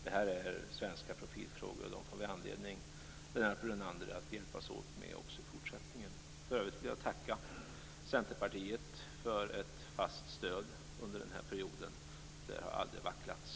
Detta är svenska profilfrågor, och vi får anledning, Lennart Brunander, att hjälpas åt med dem även i fortsättningen. För övrigt vill jag tacka Centerpartiet för ett fast stöd under den här perioden. Det har aldrig vacklats.